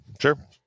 sure